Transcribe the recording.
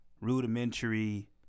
rudimentary